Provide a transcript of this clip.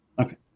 Okay